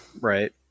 Right